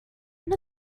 end